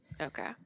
Okay